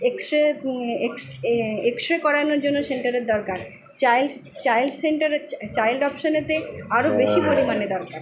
x-ray x-ray করানোর জন্য সেন্টারের দরকার চাইল্ড চাইল্ড সেন্টারের চাইল্ড অপশনেতে আরও বেশি পরিমাণে দরকার